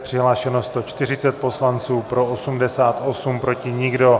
Přihlášeno 140 poslanců, pro 88, proti nikdo.